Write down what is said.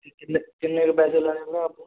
ਕੀ ਕਿੰਨੇ ਕਿੰਨੇ ਕੁ ਪੈਸੇ ਲਾਣੇ ਐ ਭਰਾ ਆਪਾਂ